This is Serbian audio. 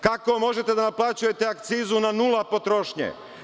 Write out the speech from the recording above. Kako možete da naplaćujete akcizu na nula potrošnje?